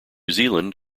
zealand